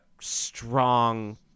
strong